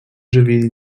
żywili